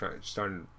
starting